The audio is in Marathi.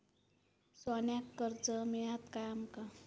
सोन्याक कर्ज मिळात काय आमका?